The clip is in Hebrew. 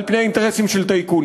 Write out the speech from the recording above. על פני אינטרסים של טייקונים.